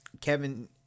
Kevin